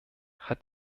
hat